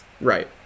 Right